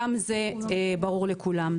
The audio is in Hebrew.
גם זה ברור לכולם.